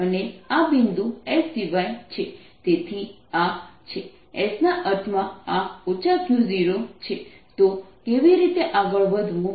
અને આ બિંદુ S સિવાય છે તેથી આ છે s ના અર્થમાં આ Q0 છે તો કેવી રીતે આગળ વધવું